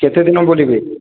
କେତେ ଦିନ ବୁଲିବେ